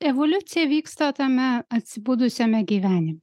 evoliucija vyksta tame atsibudusiame gyvenime